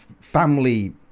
family